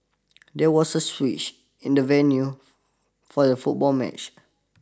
there was a switch in the venue for the football match